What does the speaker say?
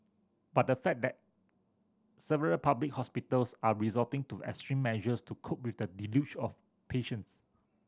but the fact that several public hospitals are resorting to extreme measures to cope with the deluge of patients